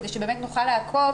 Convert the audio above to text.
כך באמת נוכל לעקוב